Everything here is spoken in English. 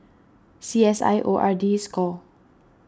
C S I O R D Score